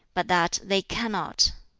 but that they cannot.